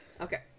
Okay